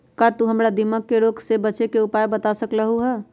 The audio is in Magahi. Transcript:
का तू हमरा दीमक के रोग से बचे के उपाय बता सकलु ह?